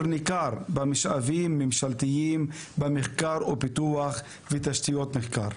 ניכר במשאבים ממשלתיים במחקר ופיתוח ובתשתיות מחקר.